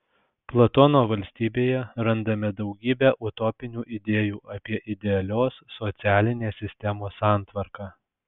platono valstybėje randame daugybę utopinių idėjų apie idealios socialinės sistemos santvarką